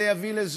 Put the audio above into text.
זה יביא לזנות,